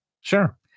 Sure